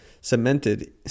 cemented